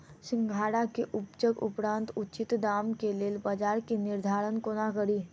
सिंघाड़ा केँ उपजक उपरांत उचित दाम केँ लेल बजार केँ निर्धारण कोना कड़ी?